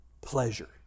pleasure